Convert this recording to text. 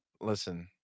listen